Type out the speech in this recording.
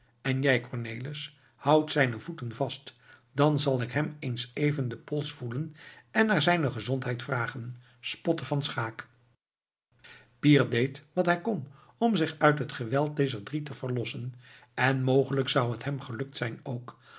en jij cornelis houd zijne voeten vast dan zal ik hem eens even den pols voelen en naar zijne gezondheid vragen spotte van schaeck pier deed wat hij kon om zich uit het geweld dezer drie te verlossen en mogelijk zou het hem gelukt zijn ook